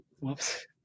Whoops